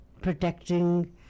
protecting